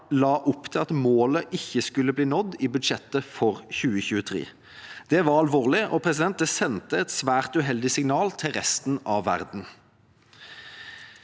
la opp til at målet ikke skulle nås i budsjettet for 2023. Det var alvorlig, og det sendte et svært uheldig signal til resten av verden.